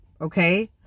Okay